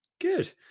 good